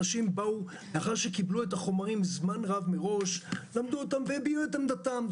לאחר שקיבלו את החומרים זמן רב מראש והביעו את עמדתם.